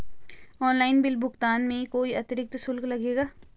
Online bill भुगतान में कोई अतिरिक्त शुल्क लगेगा?